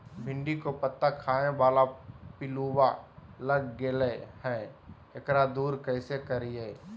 भिंडी के पत्ता खाए बाला पिलुवा लग गेलै हैं, एकरा दूर कैसे करियय?